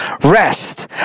rest